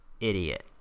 idiot